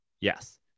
Yes